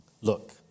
Look